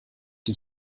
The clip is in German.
die